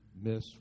Miss